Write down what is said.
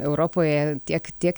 europoje tiek tiek